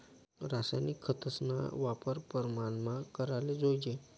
रासायनिक खतस्ना वापर परमानमा कराले जोयजे